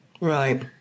Right